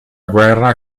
guerra